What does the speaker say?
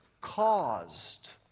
caused